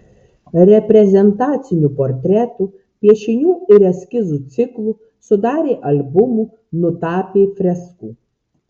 reprezentacinių portretų piešinių ir eskizų ciklų sudarė albumų nutapė freskų